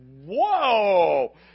whoa